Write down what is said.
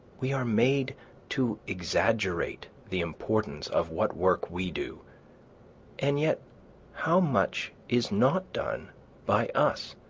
we are made to exaggerate the importance of what work we do and yet how much is not done by us!